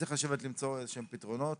צריך לשבת למצוא איזה שהם פתרונות